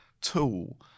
tool